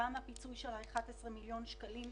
גם הפיצוי של 11 מיליון השקלים,